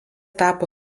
tapo